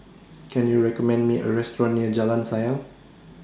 Can YOU recommend Me A Restaurant near Jalan Sayang